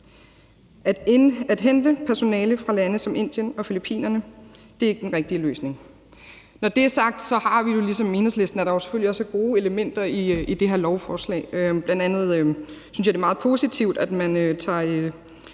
At hente personale fra lande som Indien og Filippinerne er ikke den rigtige løsning. Når det er sagt, har vi det jo ligesom Enhedslisten, nemlig at der selvfølgelig også er gode elementer i det her lovforslag. Bl.a. synes jeg, at det er meget positivt, at man tager